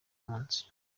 munsi